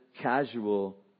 casual